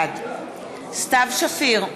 בעד סתיו שפיר,